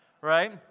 Right